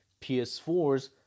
PS4s